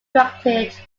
directed